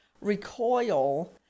recoil